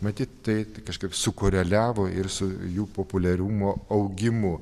matyt tai kažkaip sukoreliavo ir su jų populiarumo augimu